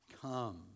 come